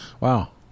Wow